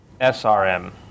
SRM